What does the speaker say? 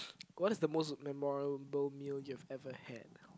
what is the most memorable meal you've ever had